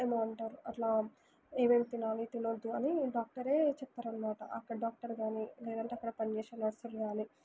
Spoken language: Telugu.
ఏమో అంటారు అట్లా ఏవేవి తినాలి తినొద్దు అని డాక్టరే చెప్తారనమాట అక్కడ డాక్టర్ గానీ లేదంటే అక్కడ పని చేసే నర్సులు గానీ